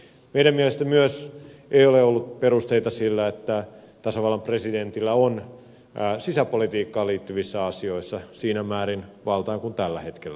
meidän mielestämme ei ole myös ollut perusteita sille että tasavallan presidentillä on sisäpolitiikkaan liittyvissä asioissa siinä määrin valtaa kuin tällä hetkellä on